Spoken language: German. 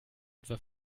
etwa